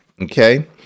Okay